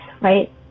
right